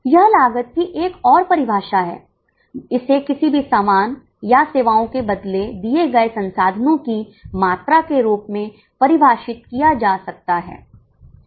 यह लागत की एक और परिभाषा है इसे किसी भी सामान या सेवाओं के बदले दिए गए संसाधनों की मात्रा के रूप में परिभाषित किया जा सकता है